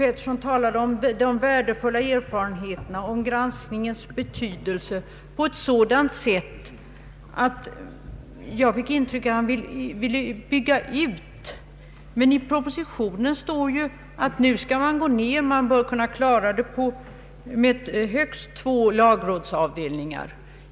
Han talade om de värdefulla erfarenheterna och om granskningens betydelse på ett sådant sätt, att jag fick det intrycket att han vill bygga ut granskningen, Men i propositionen står ju att man i stället skall minska den, så att man helst kan klara arbetet med högst två lagrådsavdelningar.